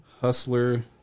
Hustler